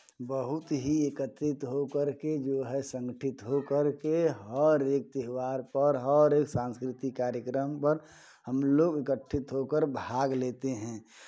बहुत ही एकत्रित होकर के जो है संगठित होकर के हर एक त्योहार पर हर एक सांस्कृतिक कार्यक्रम पर हमलोग एकत्रित होकर भाग लेते हैं